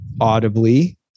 audibly